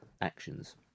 actions